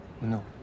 No